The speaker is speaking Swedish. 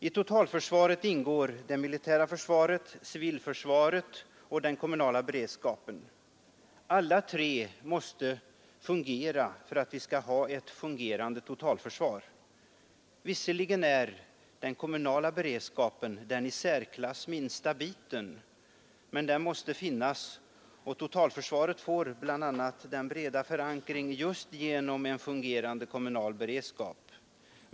I totalförsvaret ingår det militära försvaret, civilförsvaret och den kommunala beredskapen. Alla tre måste fungera för att vi skall ha ett fungerande totalförsvar. Visserligen är den kommunala beredskapen den i särklass minsta biten, men den måste finnas, och totalförsvaret får bl.a. sin breda förankring just genom en fungerande kommunal beredskap.